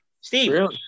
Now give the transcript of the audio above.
Steve